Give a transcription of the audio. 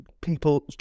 people